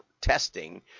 testing